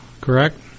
correct